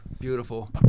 beautiful